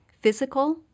physical